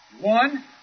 One